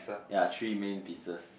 ya three main pieces